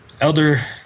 Elder